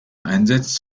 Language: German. einsetzt